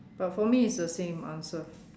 but for me it's the same answer